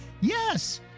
Yes